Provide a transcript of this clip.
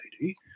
Lady